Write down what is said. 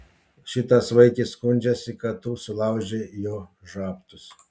šitas vaikis skundžiasi kad tu sulaužei jo žabtus